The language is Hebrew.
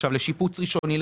לשיפוץ ראשוני,